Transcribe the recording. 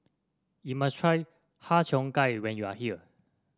you must try Har Cheong Gai when you are here